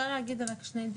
כן,